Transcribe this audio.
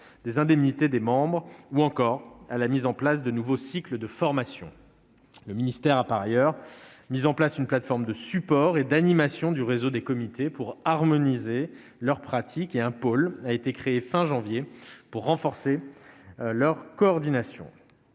des indemnités des membres ou encore à la mise en place de nouveaux cycles de formation. Le ministère a par ailleurs mis en place une plateforme de support et d'animation du réseau des comités pour harmoniser leurs pratiques. Un pôle a aussi été créé à la fin du mois de janvier dernier pour renforcer leur coordination.